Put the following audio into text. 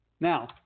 Now